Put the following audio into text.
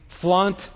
flaunt